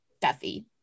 Duffy